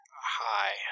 Hi